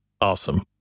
Awesome